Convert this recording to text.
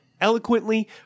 eloquently